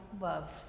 love